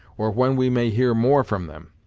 or when we may hear more from them!